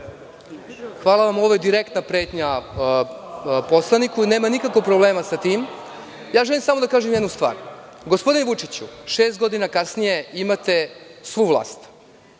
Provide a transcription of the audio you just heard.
Hvala vam. Ovo je direktna pretnja poslaniku. Nemam nikakvog problema sa tim, ali želim samo da kažem jednu stvar. Gospodine Vučiću, šest godina kasnije imate svu vlast.